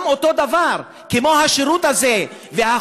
אותו דבר כמו השירות הזה, זה לא בסדר, אל תכליל.